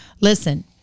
listen